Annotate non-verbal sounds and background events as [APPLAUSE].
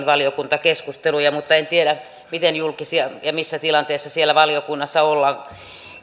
[UNINTELLIGIBLE] valiokuntakeskusteluja mutta en tiedä miten julkisia ja missä tilanteessa siellä valiokunnassa ollaan